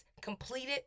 completed